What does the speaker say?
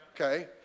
Okay